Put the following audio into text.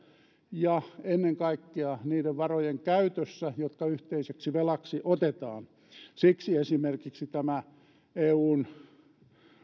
ja ennen kaikkea niiden varojen käytössä jotka yhteiseksi velaksi otetaan siksi esimerkiksi tämä eun